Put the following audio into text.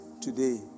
today